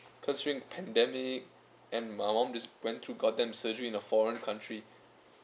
cause during pandemic and my mom just went through goddamn surgery in a foreign country